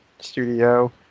studio